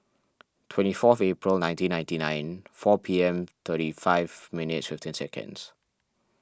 twenty four April nineteen ninety nine four P M thirty five minuets fifteen seconds